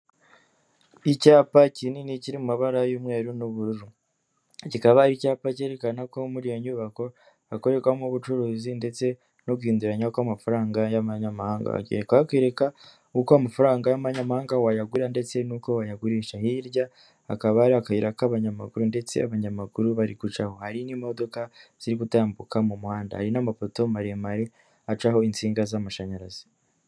Icyapa kinini kiri mu mabara y'umweru n'ubururu. Kikaba ari icyapa cyerekana ko muri iyo nyubako hakorerwamo ubucuruzi ndetse no guhinduranya kw'amafaranga y'amanyamahanga. Bagiye kuhakwereka uko amafaranga y'amanyamahanga wayagura ndetse n'uko wayagurisha. Hirya hakaba hari akayira k'abanyamaguru ndetse abanyamaguru bari gucaho. Hari n'imodoka ziri gutambuka mu muhanda. Hari n'amapoto maremare acaho insinga z'amashanyarazi.